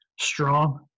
strong